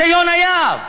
זה יונה יהב.